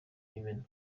b’imena